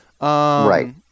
right